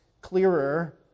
clearer